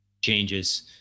changes